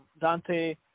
Dante